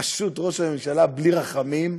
פשוט, ראש הממשלה, בלי רחמים,